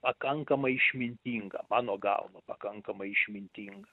pakankamai išmintinga mano galva pakankamai išmintinga